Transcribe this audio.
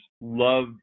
love